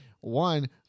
One